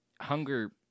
Hunger